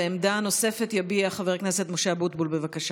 עמדה נוספת יביע חבר הכנסת משה אבוטבול, בבקשה.